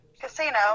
casino